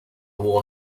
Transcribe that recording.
worn